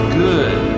good